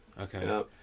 okay